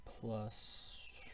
plus